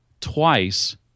twice